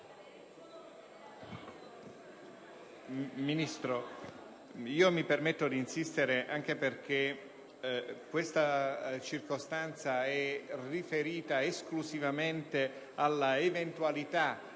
Sottosegretario, mi permetto di insistere anche perché questa circostanza è riferita esclusivamente all'eventualità